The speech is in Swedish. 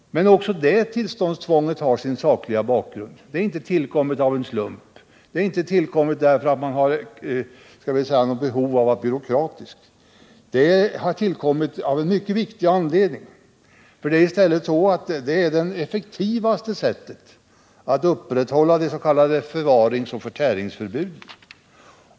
Men också det tillståndstvånget har sin sakliga bakgrund. Det har inte tillkommit av en slump och är inget utslag av överdrivet byråkratiskt nit. I stället är detta det effektivaste sättet att upprätthålla de s.k. förvaringsoch förtäringsförbuden.